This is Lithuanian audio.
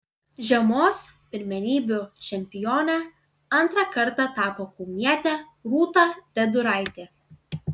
žiemos pirmenybių čempione antrą kartą tapo kaunietė rūta deduraitė